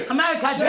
America